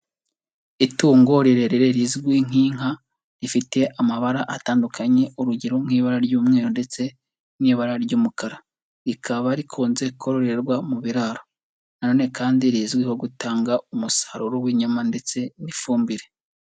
Itungo rirerire rizwi nk'inka, rifite amabara atandukanye, urugero nk'ibara ry'umweru ndetse n'ibara ry'umukara, rikaba rikunze kororerwa mu biraro, na none kandi rizwiho gutanga umusaruro w'inyama ndetse n'ifumbire.